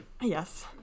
Yes